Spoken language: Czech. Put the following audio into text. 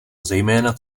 zejména